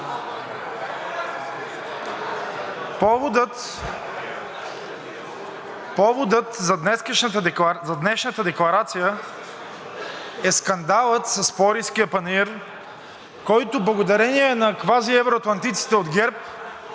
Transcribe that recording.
Поводът за днешната декларация е скандалът с Пловдивския панаир, който благодарение на квазиевроатлантиците от ГЕРБ